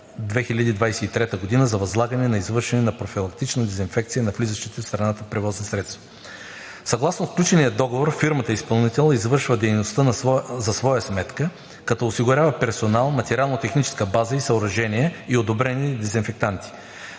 2023 г., за възлагане на извършване на профилактична дезинфекция на влизащите в страната превозни средства. Съгласно сключения договор фирмата изпълнител извършава дейността за своя сметка, като осигурява персонал, материално-техническа база, съоръжения и одобрени дезинфектанти.